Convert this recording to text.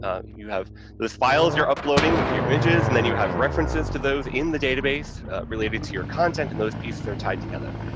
ah you have those files you're uploading, your images, and then you have references to those in the database related to your content, and those pieces are tied together.